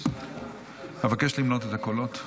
אבקש למנות את הקולות.